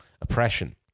oppression